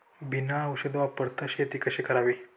बिना औषध वापरता शेती कशी करावी?